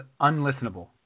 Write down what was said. unlistenable